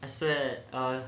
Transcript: I swear ah